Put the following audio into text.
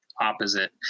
opposite